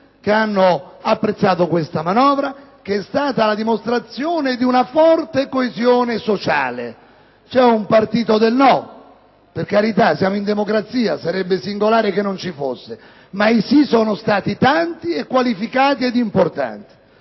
che hanno apprezzato questa manovra e questa è stata la dimostrazione di una forte coesione sociale. Vi è un partito del no (per carità, siamo in democrazia e sarebbe singolare se non vi fosse), ma i sì sono stati tanti, qualificati ed importanti.